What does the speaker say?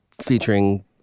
featuring